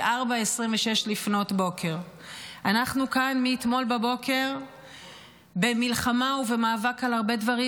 04:26. אנחנו כאן מאתמול בבוקר במלחמה ובמאבק על הרבה דברים